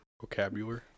Vocabulary